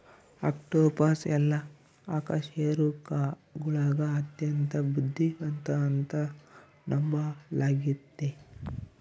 octopus ಎಲ್ಲಾ ಅಕಶೇರುಕಗುಳಗ ಅತ್ಯಂತ ಬುದ್ಧಿವಂತ ಅಂತ ನಂಬಲಾಗಿತೆ